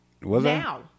now